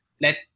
let